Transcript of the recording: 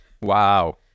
Wow